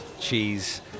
cheese